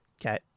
Okay